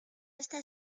está